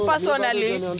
Personally